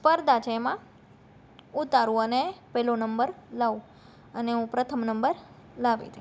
સ્પર્ધા છે એમાં ઉતારું અને પહેલો નંબર લાવું અને હું પ્રથમ નંબર લાવી